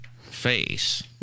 face